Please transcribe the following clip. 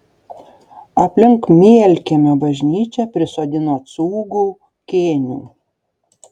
aplink mielkiemio bažnyčią prisodino cūgų kėnių